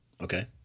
Okay